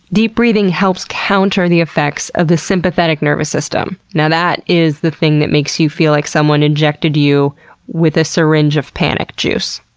deep breathing helps counter the effects of the sympathetic nervous system. that is the thing that makes you feel like someone injected you with a syringe of panic juice.